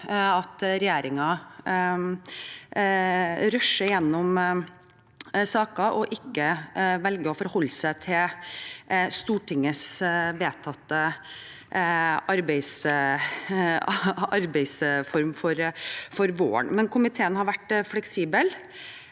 at regjeringen rusher gjennom saken og ikke velger å forholde seg til Stortingets vedtatte arbeidsform for våren, men komiteen har vært fleksibel,